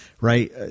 right